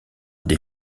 des